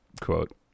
quote